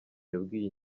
yabwiye